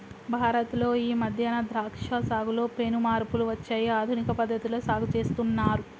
భారత్ లో ఈ మధ్యన ద్రాక్ష సాగులో పెను మార్పులు వచ్చాయి ఆధునిక పద్ధతిలో సాగు చేస్తున్నారు